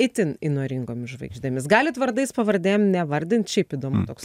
itin įnoringomis žvaigždėmis galit vardais pavardėm nevardint šiaip įdomu toks